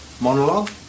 monologue